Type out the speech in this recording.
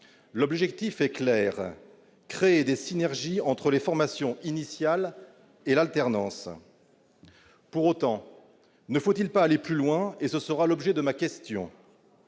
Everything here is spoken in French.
L'objectif est clair : créer des synergies entre les formations initiales et l'alternance. Pour autant, ne faudrait-il pas aller plus loin ? Ne serait-il pas pertinent